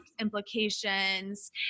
implications